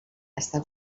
està